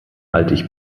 alt